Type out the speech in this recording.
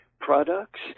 products